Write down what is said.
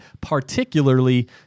Particularly